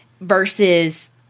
versus